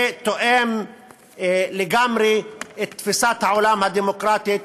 זה תואם לגמרי את תפיסת העולם הדמוקרטית